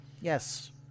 Yes